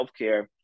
healthcare